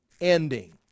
ending